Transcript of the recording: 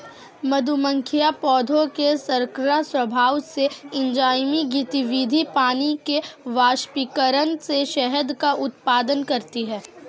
मधुमक्खियां पौधों के शर्करा स्राव से, एंजाइमी गतिविधि, पानी के वाष्पीकरण से शहद का उत्पादन करती हैं